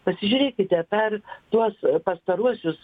pasižiūrėkite per tuos pastaruosius